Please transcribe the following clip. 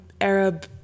Arab